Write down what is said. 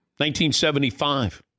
1975